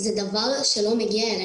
זה דבר שלא מגן,